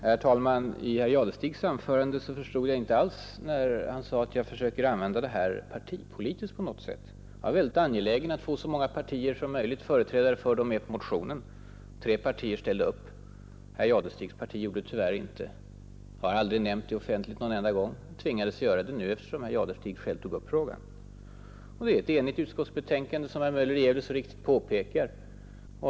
Herr talman! Jag förstod inte alls när herr Jadestig antydde att jag försöker använda detta partipolitiskt på något sätt. Jag var angelägen om att få företrädare för så många partier som möjligt med på motionen. Tre partier ställde upp; herr Jadestigs parti gjorde det tyvärr inte. Jag har inte nämnt det offentligt någon enda gång tidigare men tvingades göra det nu, eftersom herr Jadestig själv tog upp frågan. Utskottsbetänkandet är dessutom enhälligt, som herr Möller i Gävle påpekade.